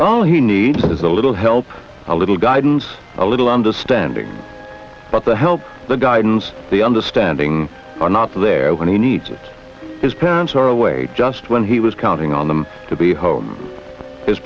oh he needs a little help a little guidance a little understanding but the help the guidance the understanding are not there when he needs it his parents are away just when he was counting on them to be home his